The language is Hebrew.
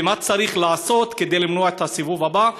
ומה צריך לעשות כדי למנוע את הסיבוב הבא.